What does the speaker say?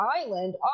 island